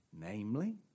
Namely